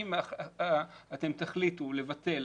שאם אתם תחליטו לבטל,